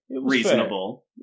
reasonable